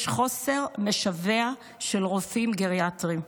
יש חוסר משווע של רופאים גריאטריים,